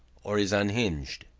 or is unhinged.